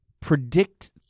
predict